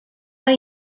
are